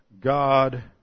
god